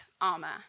armor